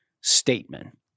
statement